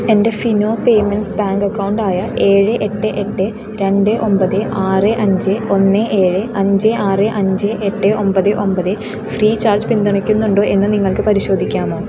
എൻ്റെ Fino payments bank account ആയ ഏഴ് എട്ട് രണ്ട് ഒമ്പത് ആറ് അഞ്ച് ഒന്ന് ഏഴ് അഞ്ച് ആറ് അഞ്ച് എട്ട് ഒമ്പത് ഒമ്പത് ഫ്രീചാർജ് പിന്തുണയ്ക്കുന്നുണ്ടോ എന്ന് നിങ്ങൾക്ക് പരിശോധിക്കാമോ